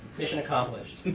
mission accomplished.